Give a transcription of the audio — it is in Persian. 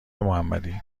محمدی